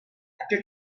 after